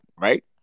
right